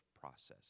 process